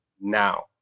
now